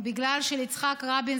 בגלל שליצחק רבין,